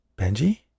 Benji